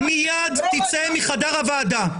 רוב האוכלוסייה --- תצא מחדר הוועדה מיד.